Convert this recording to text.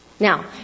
Now